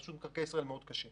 רשות מקרקעי ישראל הכול מאוד קשה.